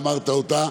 שאמרת אותה,